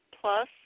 Plus